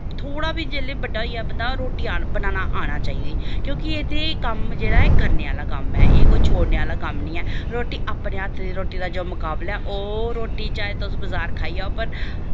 थोह्ड़ा बी जेल्ले बड्डा होई जां बंदा रुट्टी आन बनाना आना चाहिदी क्यूंकि एह् ते कम्म जेह्ड़ा ऐ करने आह्ला कम्म ऐ एह् कोई छोड़ने आह्ला कम्म निं ऐ रुट्टी अपने हत्थ दी रुट्टी दा जो मुकाबला ओह् रुट्टी चाहे तुस बजार खाई आओ पर